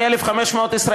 הסכמי אוסלו.